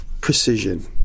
precision